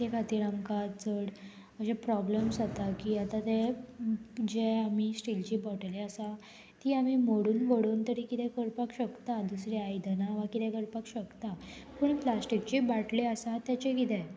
ते खातीर आमकां चड अशे प्रोब्लम्स जाता की आतां ते जे आमी स्टीलची बॉटली आसा ती आमी मोडून मोडून तरी कितें करपाक शकता दुसरी आयदनां वा कितें करपाक शकता पूण प्लास्टीकची बाटली आसा तेचें कितें